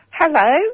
Hello